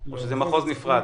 או שזה מחוז נפרד?